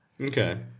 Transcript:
okay